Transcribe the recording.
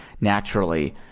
naturally